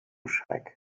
schreck